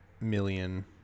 Million